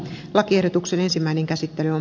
lakiehdotuksen ensimmäinen käsittely on